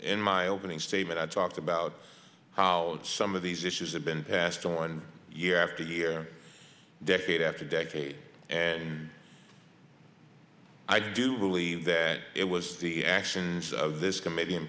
in my opening statement i talked about how some of these issues have been passed on year after year decade after decade and i do believe that it was the actions of this com